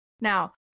Now